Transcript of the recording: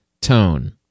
tone